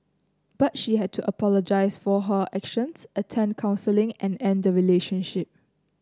but she had to apologise for her actions attend counselling and end the relationship